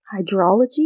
Hydrology